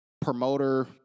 promoter